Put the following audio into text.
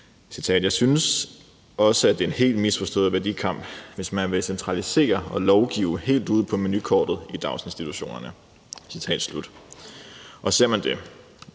jeg synes også, at det er en misforstået værdikamp, hvis man vil centralisere og lovgive helt ud på menukortet i daginstitutionerne.« Der kan man